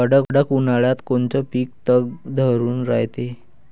कडक उन्हाळ्यात कोनचं पिकं तग धरून रायते?